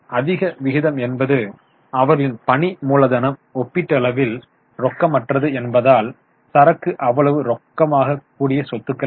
அதிக விகிதம் என்பது அவர்களின் பணி மூலதனம் ஒப்பீட்டளவில் ரொக்கமற்றது என்பதால் சரக்கு அவ்வளவு ரொக்கமாக கூடிய சொத்துக்கள் அல்ல